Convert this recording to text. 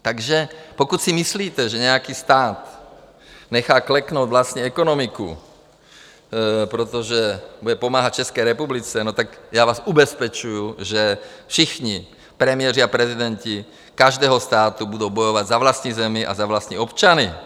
Takže pokud si myslíte, že nějaký stát nechá kleknout vlastní ekonomiku, protože bude pomáhat České republice, tak já vás ubezpečuji, že všichni premiéři a prezidenti každého státu budou bojovat za vlastní zemi a za vlastní občany.